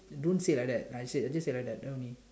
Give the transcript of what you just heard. don't say like that I said just said like that only